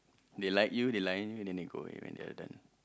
they like you they lie on you then they go away when they're done